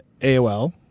AOL